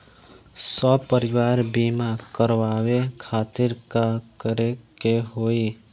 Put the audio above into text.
सपरिवार बीमा करवावे खातिर का करे के होई?